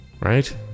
Right